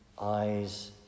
eyes